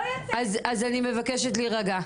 אז אני מבקשת להירגע.